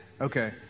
Okay